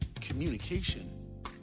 communication